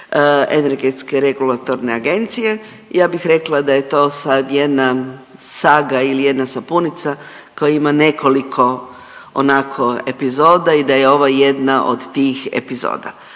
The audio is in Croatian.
Upravnog vijeća HERA-e ja bih rekla da je to sad jedna saga ili jedna sapunica koja ima nekoliko onako epizoda i da je ovo jedna od tih epizoda.